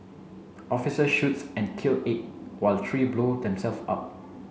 officers shoots and kill eight while three blow themselves up